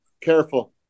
Careful